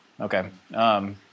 Okay